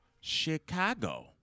Chicago